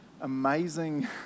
amazing